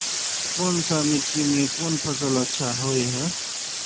कोन सा मिट्टी में कोन फसल अच्छा होय है?